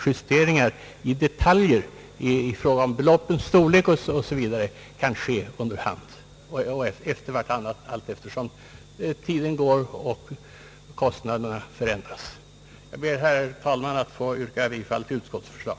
Justeringar i detaljer, t.ex. i fråga om beloppens storlek m.m., skall naturligtvis göras under hand allteftersom kostnaderna förändras. Jag ber, herr talman, att få yrka bifall till utskottets förslag.